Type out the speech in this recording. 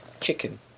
Chicken